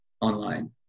online